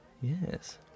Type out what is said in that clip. yes